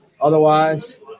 Otherwise